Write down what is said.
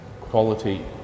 quality